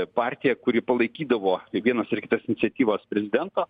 partija kuri palaikydavo vienas ar kitas iniciatyvas prezidento